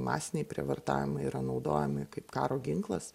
masiniai prievartavimai yra naudojami kaip karo ginklas